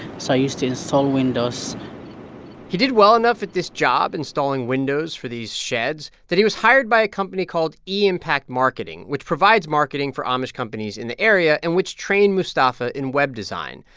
so i used to install windows he did well enough at this job installing windows for these sheds that he was hired by a company called e-impact marketing, which provides marketing for amish companies in the area and which trained mustafa in web design.